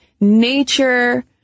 nature